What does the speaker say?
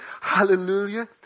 Hallelujah